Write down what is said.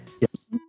yes